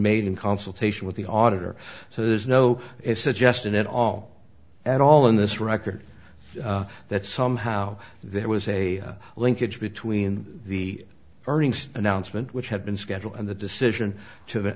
made in consultation with the auditor so there's no suggestion at all at all in this record that somehow there was a linkage between the earnings announcement which had been scheduled and the decision to